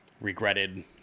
regretted